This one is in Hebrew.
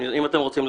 אם אתם רוצים להצביע.